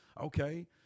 Okay